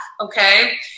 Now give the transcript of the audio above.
Okay